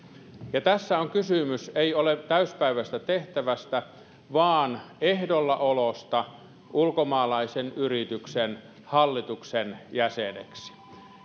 tänne tässä ei ole kysymys täyspäiväisestä tehtävästä vaan ehdolla olosta ulkomaalaisen yrityksen hallituksen jäseneksi